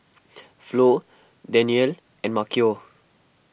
Flo Daniele and Maceo